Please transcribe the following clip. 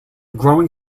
growing